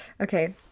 Okay